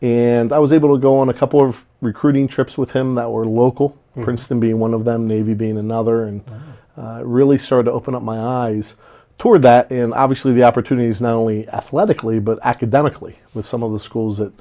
and i was able to go on a couple of crooning trips with him that were local princeton being one of them maybe being another and really start to open up my eyes toward that and obviously the opportunities not only athletically but academically with some of the schools that